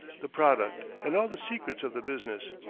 the product, and all the secrets of the business.